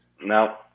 No